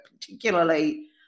particularly